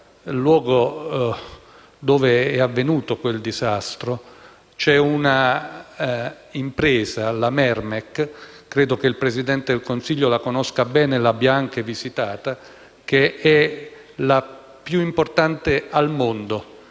dal luogo dove è avvenuto quel disastro, c'è una impresa, la MERMEC (che credo il Presidente del Consiglio conosca bene e abbia anche visitato), che è la più importante al mondo